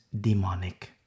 demonic